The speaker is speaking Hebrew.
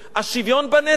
השוויון בנטל.